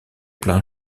plain